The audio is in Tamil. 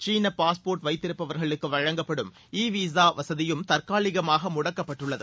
சீன பாஸ்போர்ட் வைத்திருப்பவர்களுக்கு வழங்கப்படும் இ விசா வசதியும் தற்காலிகமாக முடக்கப்பட்டுள்ளது